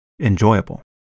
enjoyable